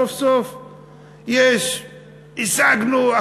סוף-סוף השגנו,